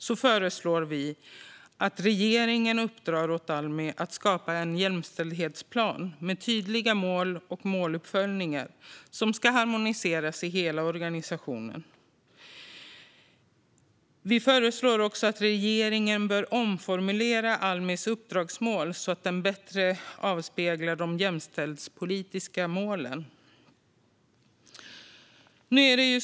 Vi föreslår att regeringen uppdrar åt Almi att skapa en jämställdhetsplan med tydliga mål och måluppföljningar som ska harmoniseras i hela organisationen. Vi föreslår också att regeringen bör omformulera Almis uppdragsmål så att de jämställdhetspolitiska målen avspeglas bättre.